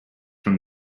from